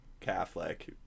Catholic